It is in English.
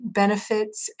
benefits